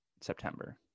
September